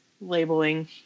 labeling